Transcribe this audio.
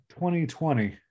2020